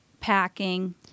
packing